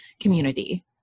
community